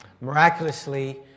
Miraculously